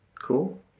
Cool